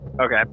Okay